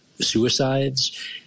suicides